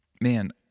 man